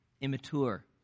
immature